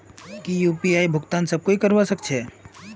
की यु.पी.आई भुगतान सब कोई ई करवा सकछै?